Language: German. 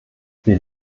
wir